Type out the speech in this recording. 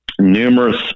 Numerous